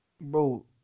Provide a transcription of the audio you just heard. Bro